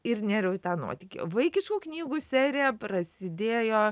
ir nėriau į tą nuotykį vaikiškų knygų serija prasidėjo